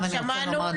שמענו.